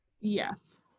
yes